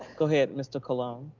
go ahead, mr. colon.